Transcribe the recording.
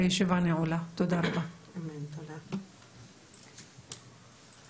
הישיבה ננעלה בשעה 10:06.